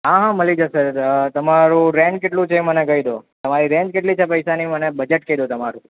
હાં હાં મલી જશે તમારું રેન્ટ કેટલું છે એ મને કહી દો તમારી રેન્જ કેટલી છે પૈસાની મને બજેટ કહી દો તમારું